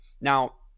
Now